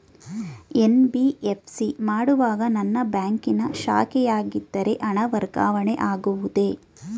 NBFC ಮಾಡುವಾಗ ನನ್ನ ಬ್ಯಾಂಕಿನ ಶಾಖೆಯಾಗಿದ್ದರೆ ಹಣ ವರ್ಗಾವಣೆ ಆಗುವುದೇ?